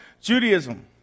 Judaism